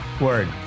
Word